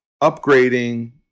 upgrading